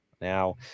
Now